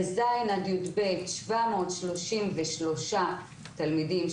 בז' עד יב' שבע מאות שלושים ושלושה תלמידים,